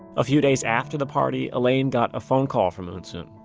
a few days after the party, elaine got a phone call from eunsoon.